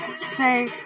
say